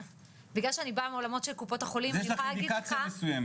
בגלל שאני באה מעולמות של קופות החולים --- יש לך אינדיקציה מסוימת.